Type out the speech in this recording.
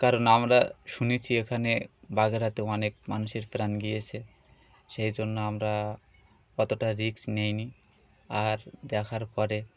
কারণ আমরা শুনেছি এখানে বাঘের হাতেও অনেক মানুষের প্রাণ গিয়েছে সেই জন্য আমরা কতটা রিক্স নেই নি আর দেখার পরে